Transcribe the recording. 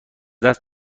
دست